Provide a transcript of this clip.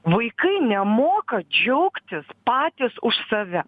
vaikai nemoka džiaugtis patys už save